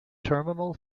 terminal